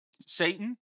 Satan